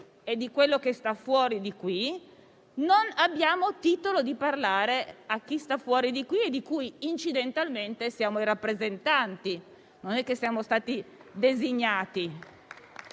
e di ciò che sta fuori di qui, non abbiamo titolo di parlare a chi sta fuori di qui e di cui incidentalmente siamo i rappresentanti, e non è che siamo stati designati.